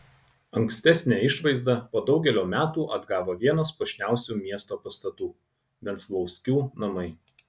ankstesnę išvaizdą po daugelio metų atgavo vienas puošniausių miesto pastatų venclauskių namai